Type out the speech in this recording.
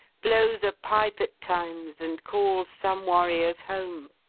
blows a pipe at times and calls some warriors home.